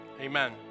Amen